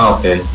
Okay